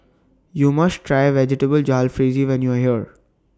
YOU must Try Vegetable Jalfrezi when YOU Are here